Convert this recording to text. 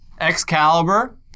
Excalibur